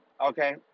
okay